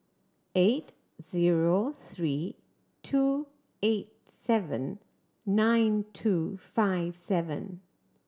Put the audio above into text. eight zero three two eight seven nine two five seven